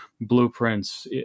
blueprints